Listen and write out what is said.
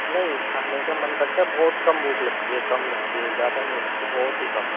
नहीं खाने का मन करता है बहुत कम भूख कम लगती है कम लगती है ज़्यादा नहीं लगती बहुत ही कम